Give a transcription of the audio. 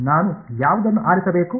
ನಾನು ಯಾವುದನ್ನು ಆರಿಸಬೇಕು